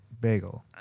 bagel